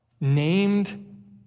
named